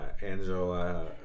Angela